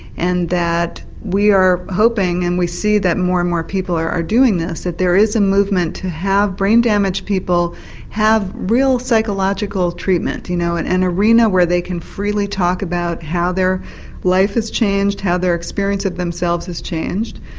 and that we are hoping and we see more and more people are are doing this that there is a movement to have brain-damaged people have real psychological treatment in you know and an arena where they can freely talk about how their life has changed, how their experience of themselves has changed.